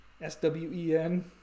S-W-E-N